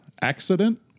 Accident